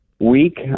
week